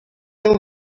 mil